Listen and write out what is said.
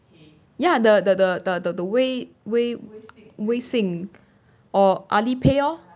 ya the the the the the the way~ we~ 微信 or Alipay lor